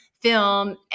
film